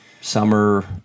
summer